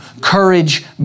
Courage